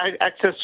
Access